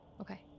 Okay